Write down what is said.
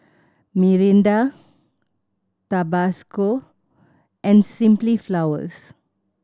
Mirinda Tabasco and Simply Flowers